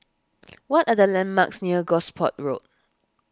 what are the landmarks near Gosport Road